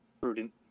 prudent